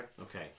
Okay